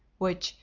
which,